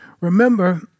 Remember